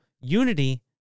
Unity